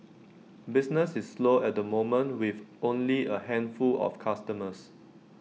business is slow at the moment with only A handful of customers